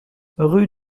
rue